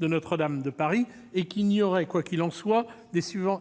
de Notre-Dame de Paris et qu'il y aurait, quoi qu'il en soit, des subventions